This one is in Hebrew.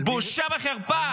בושה וחרפה,